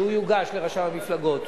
והוא יוגש לרשם המפלגות,